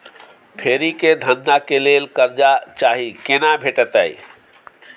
फेरी के धंधा के लेल कर्जा चाही केना भेटतै?